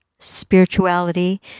Spirituality